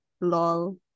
Lol